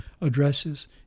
addresses